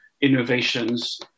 innovations